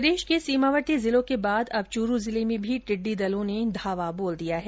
प्रदेश के सीमावर्ती जिलों के बाद अब चूरू जिले में भी टिड्डी दल ने धावा बोल दिया है